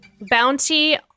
bounty